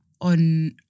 on